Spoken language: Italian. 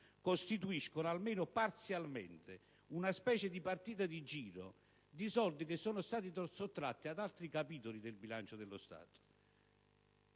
costituiscono almeno parzialmente una specie di partita di giro, di soldi sottratti ad altri capitoli del bilancio dello Stato